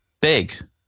big